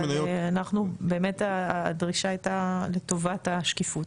אבל באמת הדרישה הייתה לטובת השקיפות.